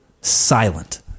silent